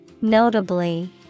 notably